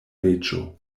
reĝo